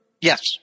Yes